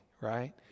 right